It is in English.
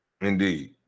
Indeed